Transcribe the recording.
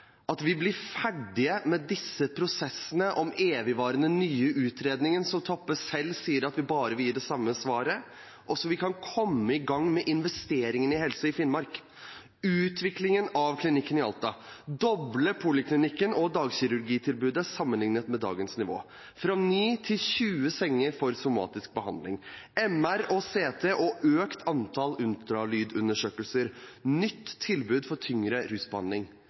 at vi blir ferdig med disse prosessene og evigvarende nye utredningene, som Toppe sier bare vil gi det samme svaret, slik at vi kan komme i gang med investeringene i Helse Finnmark og med utviklingen av klinikken i Alta – doble poliklinikken og dagkirurgitilbudet sammenlignet med dagens nivå, fra 9 til 20 senger for somatisk behandling, MR og CT og økt antall ultralydundersøkelser samt nytt tilbud for tyngre rusbehandling.